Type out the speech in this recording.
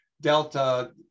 Delta